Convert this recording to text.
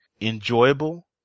enjoyable